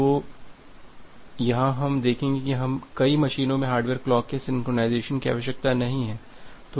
तो यहाँ हम देखेंगे कि हमें कई मशीनों में हार्डवेयर क्लॉक के सिंक्रोनाइज़ेशन की आवश्यकता नहीं है